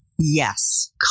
Yes